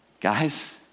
guys